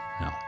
No